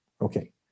Okay